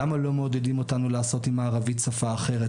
למה לא מעודדים אותנו לעשות עם הערבית שפה אחרת?